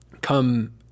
come